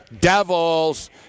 Devils